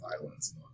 violence